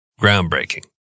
Groundbreaking